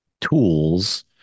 tools